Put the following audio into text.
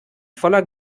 voller